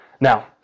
Now